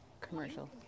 commercial